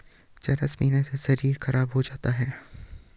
चरस पीने से शरीर खराब हो जाता है